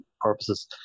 purposes